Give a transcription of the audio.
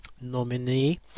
nominee